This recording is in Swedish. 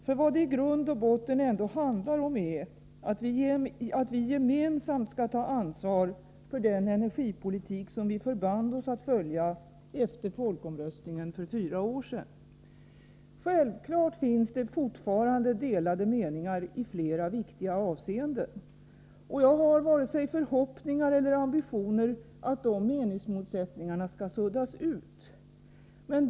För vad det i grund och botten ändå handlar om är att vi gemensamt skall ta ansvar för den energipolitik som vi förband oss att följa efter folkomröstningen för fyra år sedan. Självfallet finns fortfarande delade meningar i flera viktiga avseenden. Jag har varken förhoppningar eller ambitioner att dessa meningsmotsättningar skall suddas ut.